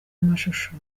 amashusho